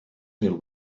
mil